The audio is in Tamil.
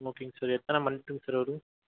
ஓகேங்க சார் எத்தனை மந்துங்க சார் வரும்